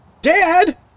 Dad